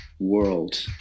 world